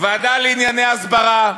ועדה לענייני הסברה,